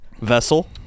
vessel